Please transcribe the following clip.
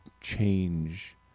change